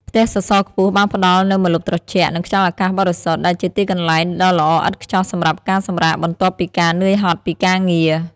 ផ្ទះសសរខ្ពស់បានផ្តល់នូវម្លប់ត្រជាក់ និងខ្យល់អាកាសបរិសុទ្ធ ដែលជាទីកន្លែងដ៏ល្អឥតខ្ចោះសម្រាប់ការសម្រាកបន្ទាប់ពីការនឿយហត់ពីការងារ។